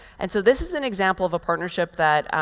and so this is an example of a partnership that,